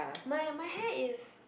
my my hair is